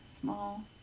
small